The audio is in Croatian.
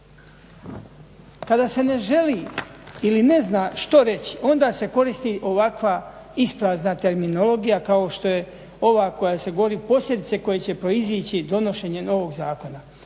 Kada se ne želi ili ne zna što reći, onda se koristi ovakva isprazna terminologija kao što je ova koja se govori posljedice koje će proizići donošenjem ovog zakona.